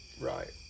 right